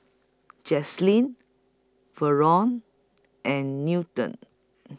Jaelynn from and Newton